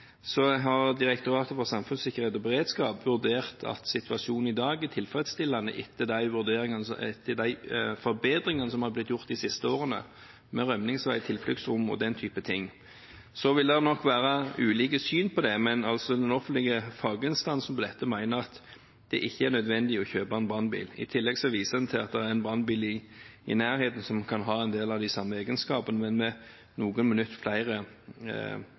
Så vil det nok være ulike syn på det, men den offentlige faginstansen for dette mener at det ikke er nødvendig å kjøpe en brannbil. I tillegg viser en til at det er en brannbil i nærheten som kan ha en del av de samme egenskapene, som har noen